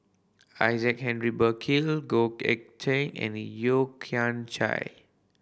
Isaac Henry Burkill Goh Eck Cheng and Yeo Kian Chai